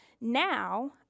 Now